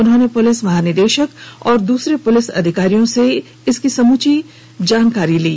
उन्होंने पुलिस महानिदेशक और दूसरे पुलिस अधिकारियों से इस समूची घटना की जानकारी ली